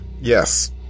Yes